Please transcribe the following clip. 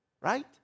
right